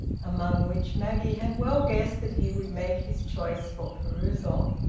among which maggie had well guessed that he would make his choice for perusal.